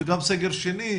וגם סגר שני.